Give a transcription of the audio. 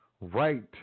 right